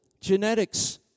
genetics